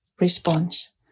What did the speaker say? response